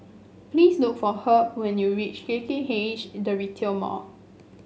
please look for Herb when you reach K K H The Retail Mall